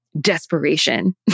desperation